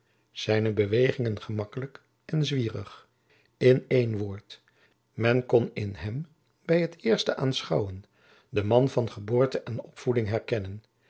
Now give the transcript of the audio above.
zijne bewegingen gemakkelijk en zwierig in een woord men kon in hem bij het eerste aanschouwen jacob van lennep de pleegzoon den man van geboorte en opvoeding herkennen